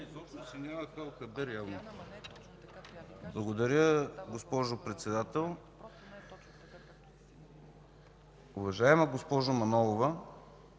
Благодаря, госпожо Председател. Уважаема госпожо Манолова,